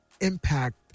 impact